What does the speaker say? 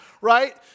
right